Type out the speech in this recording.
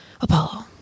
Apollo